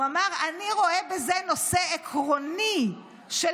הוא אמר: אני רואה בזה נושא עקרוני של